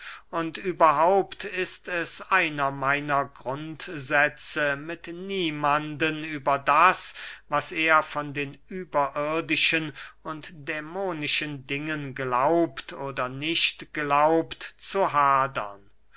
und überhaupt ist es einer meiner grundsätze mit niemanden über das was er von den überirdischen und dämonischen dingen glaubt oder nicht glaubt zu hadern